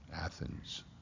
Athens